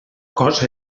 cosa